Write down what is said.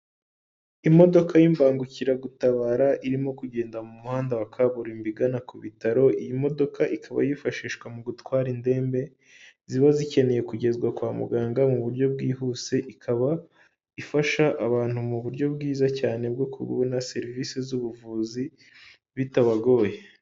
Imodoka y'imbangukiragutabara irimo kugenda mu muhanda wa kaburimbo igana ku bitaro, iyi modoka ikaba yifashishwa mu gutwara indembe ziba zikeneye kugezwa kwa muganga mu buryo bwihuse, ikaba ifasha abantu mu buryo bwiza cyane bwo kubona serivisi z'ubuvuzi bitabagoye.